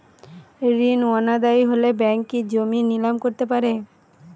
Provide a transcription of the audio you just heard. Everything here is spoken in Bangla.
ঋণ অনাদায়ি হলে ব্যাঙ্ক কি জমি নিলাম করতে পারে?